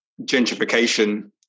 gentrification